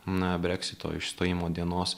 na breksito išstojimo dienos